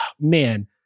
man